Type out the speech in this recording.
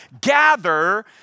gather